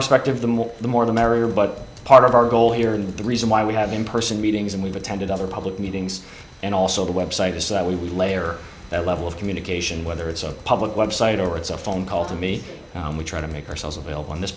perspective the more the more the merrier but part of our goal here in the reason why we have in person meetings and we've attended other public meetings and also the website is that we layer that level of communication whether it's a public website or it's a phone call to me and we try to make ourselves available on this